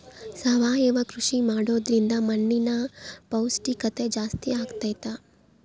ಸಾವಯವ ಕೃಷಿ ಮಾಡೋದ್ರಿಂದ ಮಣ್ಣಿನ ಪೌಷ್ಠಿಕತೆ ಜಾಸ್ತಿ ಆಗ್ತೈತಾ?